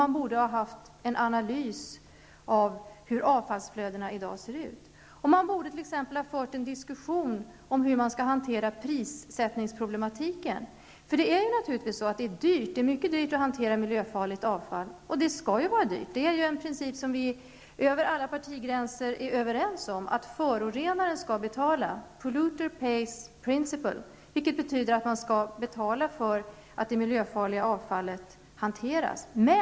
Det borde ha funnits en analys av hur avfallsflödena i dag ser ut. Det borde också ha förts en diskussion om hur man skall hantera prissättningsproblematiken. Det är naturligtvis mycket dyrt att hantera miljöfarligt avfall, och det skall ju vara dyrt. Det är en princip som vi över alla partigränser är överens om, nämligen att förorenaren skall betala, ''polluter pays-principle''. Det betyder att man skall betala för att det miljöfarliga avfallet hanteras.